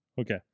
okay